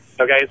Okay